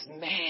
man